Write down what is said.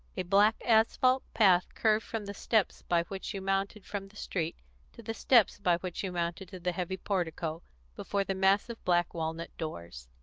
a black asphalt path curved from the steps by which you mounted from the street to the steps by which you mounted to the heavy portico before the massive black walnut doors.